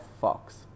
Fox